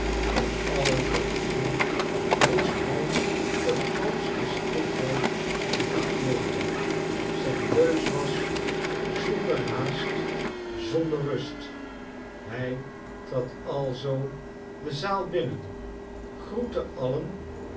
om allen te voldoen moest hij de grootste stiptheid in acht nemen zijn leus was zonder haast zonder rust hij trad alzoo de zaal binnen groette allen